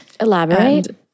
elaborate